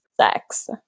Sex